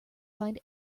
find